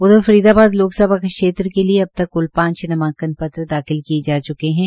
उधर फरीदाबाद लोकसभा क्षेत्र के लिये अब क्ल पांच नामांकन पत्र दाखिल किये जा च्केहै